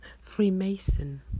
Freemason